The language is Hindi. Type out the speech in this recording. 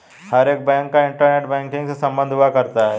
हर एक बैंक का इन्टरनेट बैंकिंग से सम्बन्ध हुआ करता है